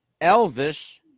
Elvis